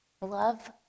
Love